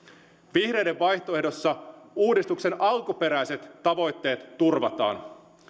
vihreiden vaihtoehdossa uudistuksen alkuperäiset tavoitteet turvataan